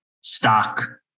stock